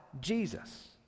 Jesus